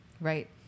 right